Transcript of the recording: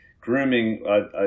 grooming